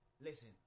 listen